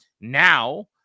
Now